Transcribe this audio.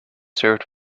served